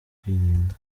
kwirinda